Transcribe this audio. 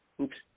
oops